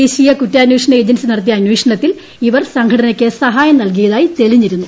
ദേശീയ കുറ്റാന്വേഷണ ഏജൻസി നടത്തിയ അന്വേഷണത്തിൽ ഇവർ സംഘടനയ്ക്ക് സഹായം നൽകിയതായി തെളിഞ്ഞിരുന്നു